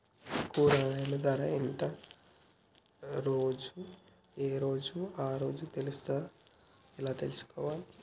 కూరగాయలు ధర ఎంత ఏ రోజుది ఆ రోజే తెలుస్తదా ఎలా తెలుసుకోవాలి?